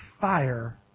fire